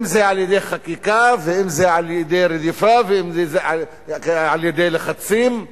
אם על-ידי חקיקה ואם על-ידי רדיפה ואם על-ידי לחצים.